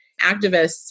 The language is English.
activists